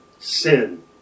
sin